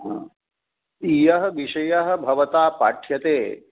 ह यः विषयः भवता पाठ्यते